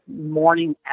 morning